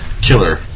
Killer